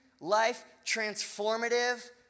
life-transformative